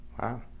Wow